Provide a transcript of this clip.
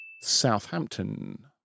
Southampton